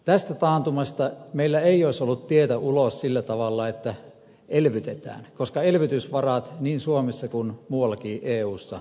tästä taantumasta meillä ei olisi ollut tietä ulos sillä tavalla että elvytetään koska elvytysvarat niin suomessa kuin muuallakin eussa on käytetty